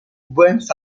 buenos